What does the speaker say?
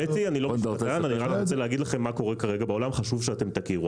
אני רוצה להגיד לכם מה קורה כרגע בעולם וחשוב שתכירו.